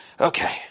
Okay